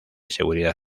seguridad